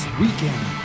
weekend